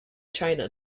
china